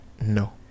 No